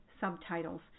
subtitles